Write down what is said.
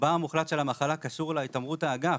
רובה המוחלט של המחלה קשור להתעמרות האגף,